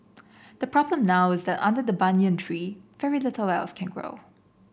the problem now is that under the banyan tree very little else can grow